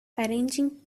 arranging